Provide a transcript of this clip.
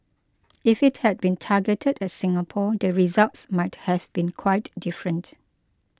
if it had been targeted at Singapore the results might have been quite different